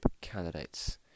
candidates